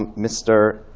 um mr.